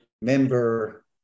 member